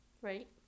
Right